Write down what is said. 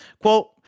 Quote